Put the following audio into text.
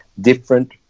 different